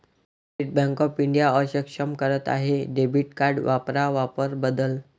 state bank of India अक्षम करत आहे डेबिट कार्ड वापरा वापर बदल